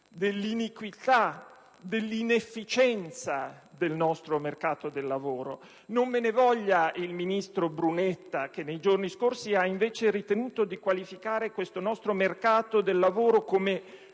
dell'iniquità, dell'inefficienza del nostro mercato del lavoro. Non me ne voglia il ministro Brunetta, che nei giorni scorsi ha invece ritenuto di qualificare questo nostro mercato del lavoro come